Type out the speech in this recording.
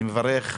אני מברך,